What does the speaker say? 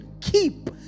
keep